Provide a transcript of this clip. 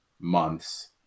months